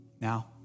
Now